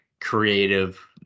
creative